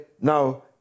now